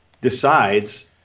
decides –